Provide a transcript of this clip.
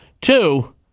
Two